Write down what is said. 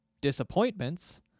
disappointments